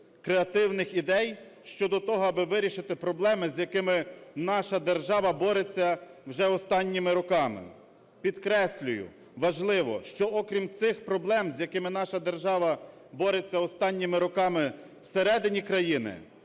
креативних ідей щодо того, аби вирішити проблеми, з якими наша держава бореться вже останніми роками. Підкреслюю, важливо, що окрім цих проблем, з якими наша держава бореться останніми роками всередині країни,